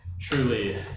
truly